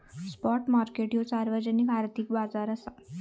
spot market ह्यो सार्वजनिक आर्थिक बाजार असा